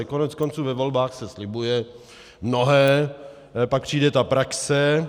Koneckonců ve volbách se slibuje mnohé, pak přijde praxe.